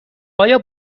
آیا